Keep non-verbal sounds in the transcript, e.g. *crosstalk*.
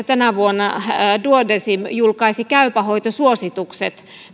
*unintelligible* tänä vuonna kahdeskymmenesviides ensimmäistä duodecim julkaisi käypä hoito suositukset